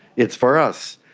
it's for us.